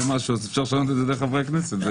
משהו אז אפשר לשנות את זה דרך חברי הכנסת.